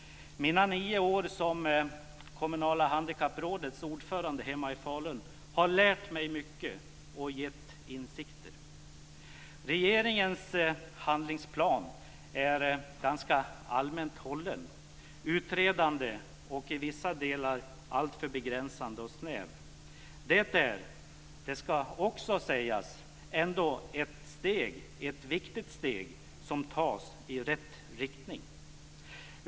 Mina nio år som ordförande i det kommunala handikapprådet hemma i Falun har lärt mig mycket och gett insikter. Regeringens handlingsplan är ganska allmänt hållen, utredande och i vissa delar alltför begränsande och snäv. Det är ändå - det ska också sägas - ett viktigt steg i rätt riktning som tas.